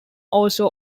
also